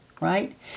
right